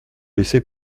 laissé